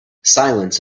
silence